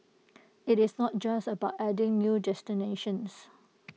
IT is not just about adding new destinations